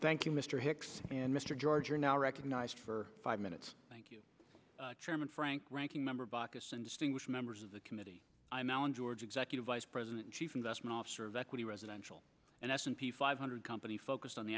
thank you mr hicks and mr george are now recognized for five minutes thank you chairman frank ranking member baucus and distinguished members of the committee i'm allen george executive vice president chief investment officer of equity residential and s and p five hundred company focused on the